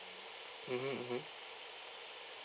mmhmm mmhmm